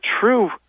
true